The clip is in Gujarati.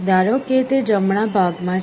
ધારો કે તે જમણા ભાગમાં છે